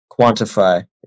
quantify